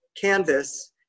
canvas